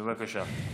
בבקשה.